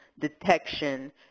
detection